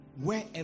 wherever